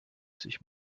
sich